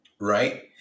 Right